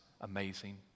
amazing